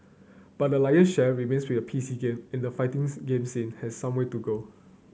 but the lion share remains with P C game and fightings game scene has some way to go